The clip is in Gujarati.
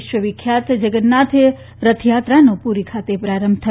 વિશ્વ વિખ્યાત જગન્નાથ રથયાત્રાનો પુરીથી પ્રારંભ થયો